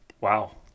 Wow